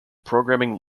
programming